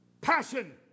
Passion